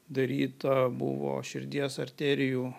daryta buvo širdies arterijų